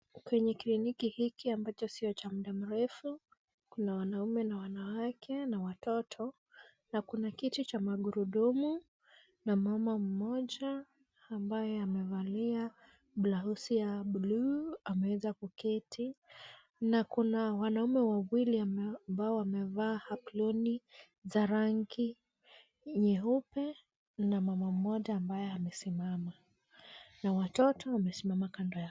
Kwenye kliniki hiki ambacho sio cha muda, kuna wanaume, na wanawake na watoto. Na kuna kiti cha magurudumu. Na mama mmoja ambaye amevalia blausi ya buluu, ameweza kuketi. Na kuna wanaume wawili ambao wamevaa aproni za rangi nyeupe na mama mmoja ambaye amesimama. Na watoto wamesimama kando yao.